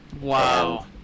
Wow